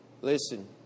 Listen